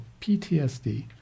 PTSD